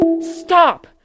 Stop